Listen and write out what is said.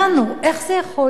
איך זה יכול להיות,